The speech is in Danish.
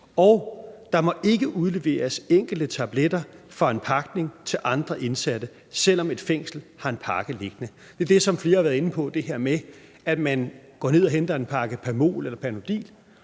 og der må ikke udleveres enkelte tabletter fra en pakning til andre indsatte, selv om et fængsel har en pakke liggende. Det er det, som flere har været inde på, altså det her med, at man går ned og henter en pakke Pamol eller Panodil,